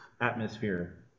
atmosphere